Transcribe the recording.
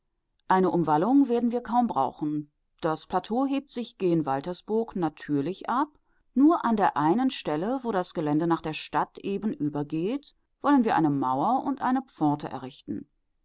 eine umwallung werden wir kaum brauchen das plateau hebt sich gen waltersburg natürlich ab nur an der einen stelle wo das gelände nach der stadt eben übergeht wollen wir eine mauer und eine pforte errichten